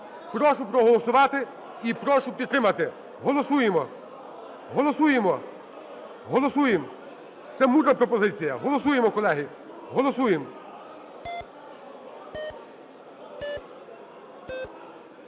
Прошу проголосувати і прошу підтримати. Голосуємо, голосуємо, голосуємо, це мудра пропозиція. Голосуємо, колеги, голосуємо.